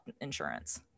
insurance